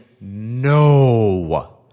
no